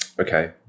Okay